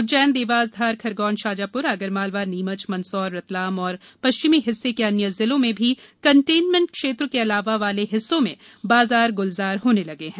उज्जैन देवास धार खरगोन शाजापुर आगरमालवा नीमच मंदसौर रतलाम और पश्चिमी हिस्से के अन्य जिलों में भी कंटेनमेंट क्षेत्र के अलावा वाले हिस्सों में बाजार ग्रलजार होने लगे हैं